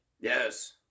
Yes